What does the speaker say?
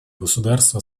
государство